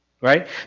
Right